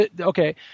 okay